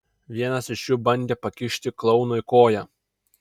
vienas iš jų bandė pakišti klounui koją